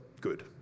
good